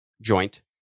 joint